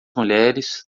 mulheres